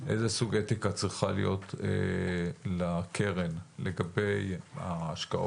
איזה סוג אתיקה צריכה להיות לקרן לגבי ההשקעות,